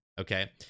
okay